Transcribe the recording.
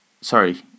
Sorry